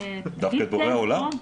דווקא את בורא עולם?